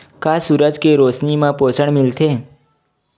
का सूरज के रोशनी म पोषण मिलथे?